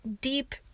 deep